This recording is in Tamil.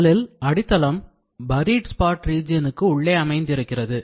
முதலில் அடித்தளம் buried spot region க்கு உள்ளே அமைந்திருக்கிறது